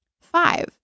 Five